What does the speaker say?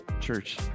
church